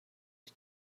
die